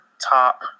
top